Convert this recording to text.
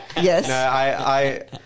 Yes